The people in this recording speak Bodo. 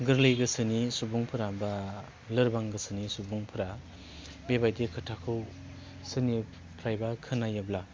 गोरलै गोसोनि सुबुंफोरा बा लोरबां गोसोनि सुबुंफोरा बेबादि खोथाखौ सोरनिफ्रायबा खोनायोब्ला